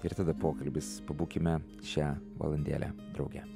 ir tada pokalbis pabūkime šią valandėlę drauge